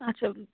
اچھا